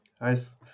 Nice